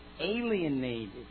alienated